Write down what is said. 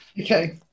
Okay